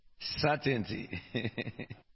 certainty